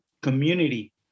community